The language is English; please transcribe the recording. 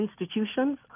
institutions